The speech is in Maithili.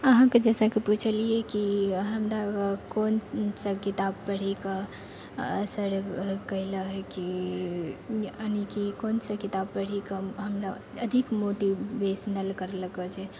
अहाँके जैसा कि पुछलियै कि हमरा कोन सा किताब पढीकऽ असर कयलक हय कि यानि कि कोन सा किताब पढीकऽ हमरा अधिक मोटिवेशनल करलको छै